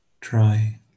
Try